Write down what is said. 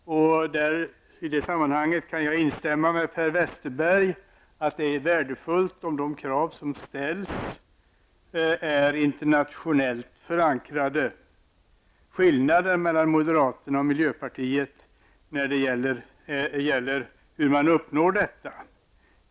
I det sammanhanget kan jag instämma med Per Westerberg i att det är värdefullt om de krav som ställs är internationellt förankrade. Skillnaderna mellan moderaterna och miljöpartiet gäller hur man uppnår detta.